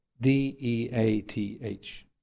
D-E-A-T-H